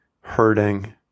hurting